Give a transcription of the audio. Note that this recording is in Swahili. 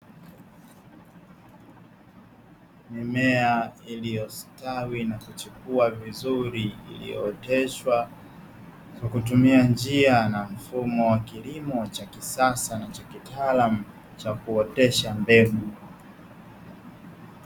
Mimea iliyostawi na kuchipua vizuri iliyooteshwa kwa kutumia njia na mfumo wa kilimo cha kisasa na cha kitaalamu cha kuotesha mbegu.